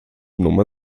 nummer